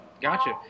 Gotcha